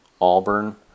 Auburn